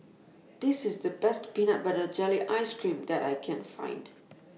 This IS The Best Peanut Butter Jelly Ice Cream that I Can Find